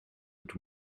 with